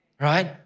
Right